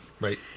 Right